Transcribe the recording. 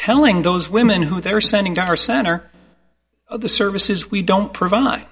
telling those women who they are sending to our center of the services we don't provide